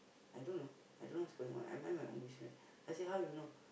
I don't know I don't know what's going on I mind my own business then I say how you know